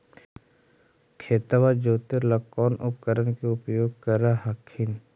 खेतबा जोते ला कौन उपकरण के उपयोग कर हखिन?